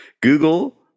Google